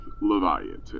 Leviathan